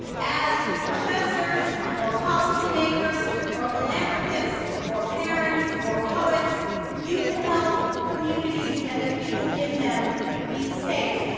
as professors or policy makers or philanthropists or parents or poets you can help communities and the people in them be safe.